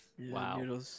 Wow